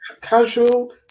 casual